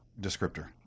descriptor